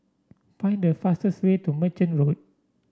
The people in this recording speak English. find the fastest way to Merchant Road